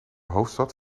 hoofdstad